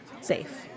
safe